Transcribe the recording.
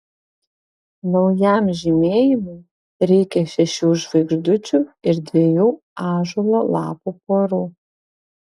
naujam žymėjimui reikia šešių žvaigždučių ir dviejų ąžuolo lapų porų